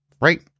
right